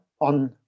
on